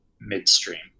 midstream